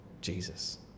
Jesus